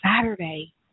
Saturday